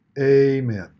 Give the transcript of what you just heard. Amen